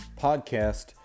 podcast